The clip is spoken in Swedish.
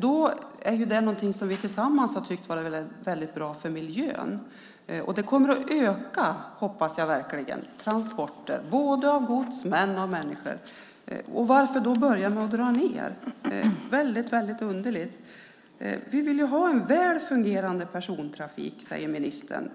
Det är något som vi tillsammans har tyckt vara väldigt bra för miljön. Jag hoppas verkligen att den kommer att öka transporterna av både gods och människor. Varför börjar man då med att dra ned? Det är väldigt underligt. Vi vill ha en väl fungerande persontrafik, säger ministern.